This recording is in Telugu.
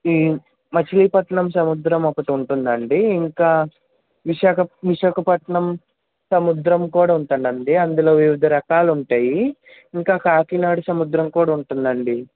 ఈ మచిలీపట్నం సముద్రం ఒకటి ఉంటుందండి ఇంకా విశాఖ విశాఖపట్నం సముద్రం కూడా ఉంటుందండి అందులో వివిధ రకాలు ఉంటాయి ఇంకా కాకినాడ సముద్రం కూడా ఉంటుందండి